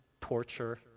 torture